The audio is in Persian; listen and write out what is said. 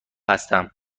هستم